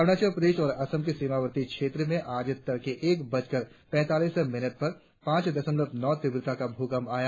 अरुणाचल प्रदेश और असम के सीमावर्ती क्षेत्रों में आज तड़के एक बजकर पैतालीस मिनट पर पांच दशमलव नौ तीव्रता का भ्रकंप आया